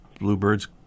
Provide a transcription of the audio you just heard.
bluebirds